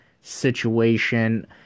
situation